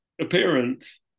appearance